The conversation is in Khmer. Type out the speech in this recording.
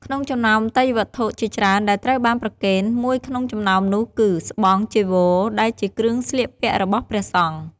ក្នុងចំណោមទេយ្យវត្ថុជាច្រើនដែលត្រូវបានប្រគេន មួយក្នុងចំណោមនោះគឺ ស្បង់ ចីវរ ដែលជាគ្រឿងស្លៀកពាក់របស់ព្រះសង្ឃ។